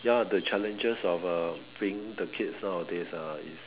ya the challenges of uh being the kids nowadays ah is